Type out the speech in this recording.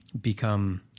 become